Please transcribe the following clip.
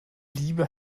lieber